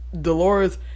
Dolores